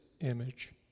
image